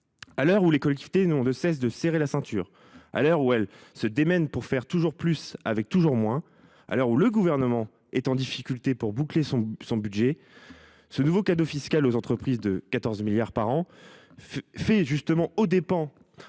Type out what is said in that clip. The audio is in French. À l’heure où celles ci n’ont de cesse de se serrer la ceinture, à l’heure où elles se démènent pour faire toujours plus avec toujours moins, à l’heure où le Gouvernement est en difficulté pour boucler son budget, ce nouveau cadeau fiscal aux entreprises de 14 milliards d’euros par an, aux dépens